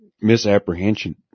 misapprehension